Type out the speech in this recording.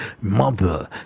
mother